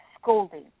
scolding